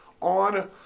on